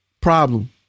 problem